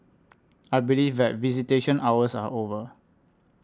I believe that visitation hours are over